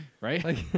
Right